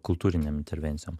kultūrinėm intervencijom